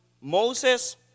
Moses